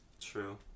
True